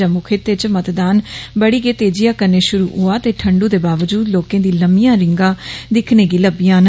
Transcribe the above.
जम्मू खित्ते च मतदान बड़ी गै तेजिया कन्नै शुरु होआ ते ठण्डू दे बावजूद लोकें दी लम्मिया रिंगा दिक्खने गी लबी रदियां न